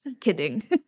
Kidding